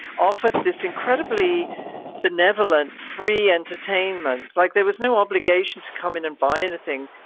offered this incredibly benevolent free entertainment like there was no obligation to come in and buy anything.